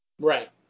Right